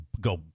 go